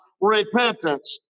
repentance